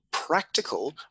practical